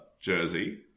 jersey